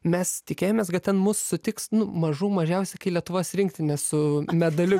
mes tikėjomės kad ten mus sutiks nu mažų mažiausia kai lietuvos rinktinė su medaliu